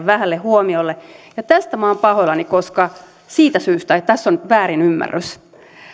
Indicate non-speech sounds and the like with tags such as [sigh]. [unintelligible] vähälle huomiolle tästä minä olen pahoillani siitä syystä että tässä on nyt väärinymmärrys